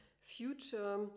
future